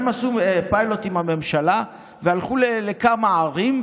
הם עשו פיילוט עם הממשלה והלכו לכמה ערים,